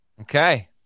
Okay